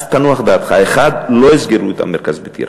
אז תנוח דעתך: 1. לא יסגרו את המרכז בטירה.